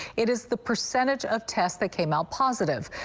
it is the percentage of tests that came out positive.